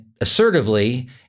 assertively